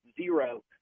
zero